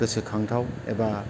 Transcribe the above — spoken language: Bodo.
गोसोखांथाव एबा